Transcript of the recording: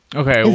okay.